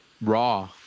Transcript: raw